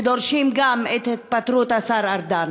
ודורשים גם את התפטרות השר ארדן.